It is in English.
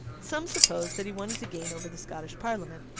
some suppose that he wanted to gain over the scottish parliament,